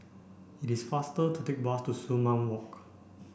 it is faster to take bus to Sumang Walk